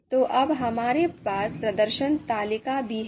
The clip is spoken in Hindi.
तो अब हमारे पास प्रदर्शन तालिका भी है